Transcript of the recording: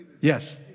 Yes